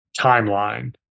timeline